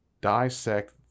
dissect